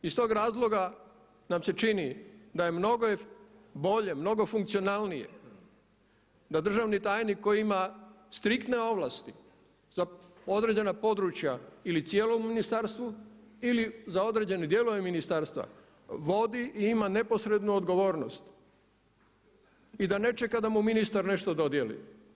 Iz tog razloga nam se čini da je mnogo bolje, mnogo funkcionalnije da državni tajnik koji ima striktne ovlasti za određena područja ili cijelom ministarstvu ili za određene dijelove ministarstva vodi i ima neposrednu odgovornost i da ne čeka da mu ministar nešto dodijeli.